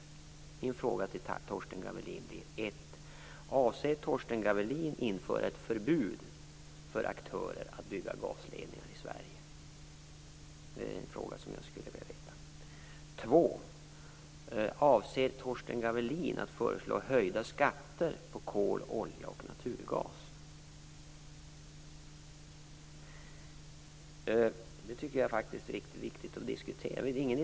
Min fråga till Torsten Gavelin är för det första: Avser Torsten Gavelin att införa ett förbud för aktörer att bygga gasledningar i Sverige? Det skulle jag vilja veta. För det andra: Avser Torsten Gavelin att föreslå höjda skatter på kol, olja och naturgas? Det är viktigt att diskutera det.